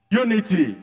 unity